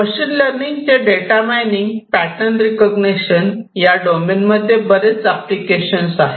machine learning चे data mining pattern recognition या domain मध्ये बरेच एप्लीकेशन्स आहेत